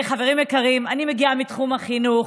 חברים יקרים, אני מגיעה מתחום החינוך.